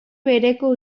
bereko